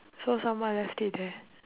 so someone left it there